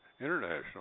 international